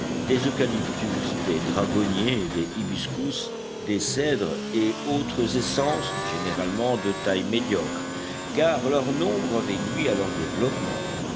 des eucalyptus des dragonniers des hibiscus des cèdres et autres essences généralement de taille médiocre car leur nombre avait nui à leur développement